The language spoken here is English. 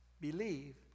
Believe